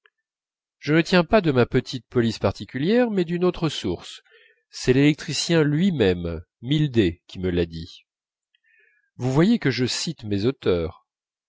je ne le tiens pas de ma petite police particulière mais d'une autre source c'est l'électricien lui-même mildé qui me l'a dit vous voyez que je cite mes auteurs